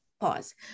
Pause